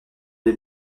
des